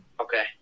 Okay